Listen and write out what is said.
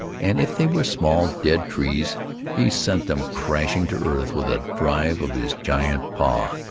and if they were small dead trees he sent them crashing to earth with a drive of his giant paw.